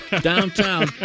downtown